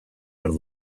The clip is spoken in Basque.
behar